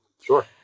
sure